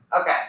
Okay